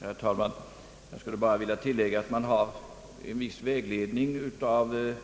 Herr talman! Jag skulle bara vilja tillägga att man har en viss vägledning av